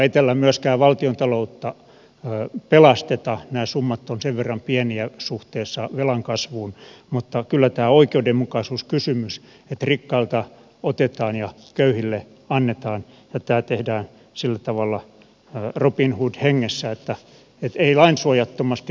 ei tällä myöskään valtiontaloutta pelasteta nämä summat ovat sen verran pieniä suhteessa velan kasvuun mutta kyllä tämä on oikeudenmukaisuuskysymys että rikkailta otetaan ja köyhille annetaan ja tämä tehdään sillä tavalla robinhood hengessä että ei lainsuojattomasti vaan lakeja säätäen